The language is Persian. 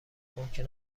ممکن